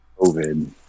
COVID